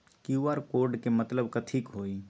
QR code के मतलब कथी होई?